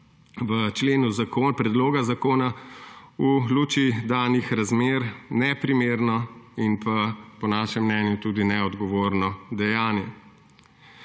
v členu predloga zakona, v luči danih razmer neprimerno in pa po našem mnenju tudi neodgovorno dejanje.